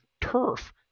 turf